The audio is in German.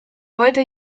heute